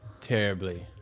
terribly